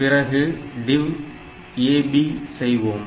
பிறகு DIV AB செய்வோம்